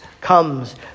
comes